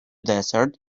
desert